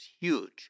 huge